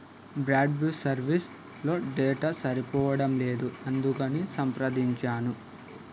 broadband సర్వీస్లో data సరిపోవడం లేదు అందుకని సంప్రదించాను